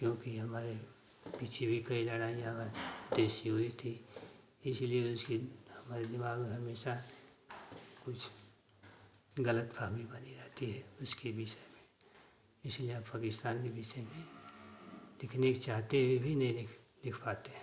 क्योंकि हमारे पीछे भी कई लड़ाइयाँ तैसी हुई थी इसलिए उसे हमारे दिमाग में हमेशा कुछ गलतफहमी बनी रहती है उसके विषय में इसलिए पाकिस्तान के विषय में लिखने के चाहते हुए भी नहीं लिख लिख पाते हैं